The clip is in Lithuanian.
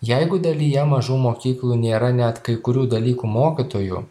jeigu dalyje mažų mokyklų nėra net kai kurių dalykų mokytojų